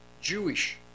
Jewish